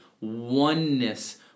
oneness